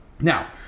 Now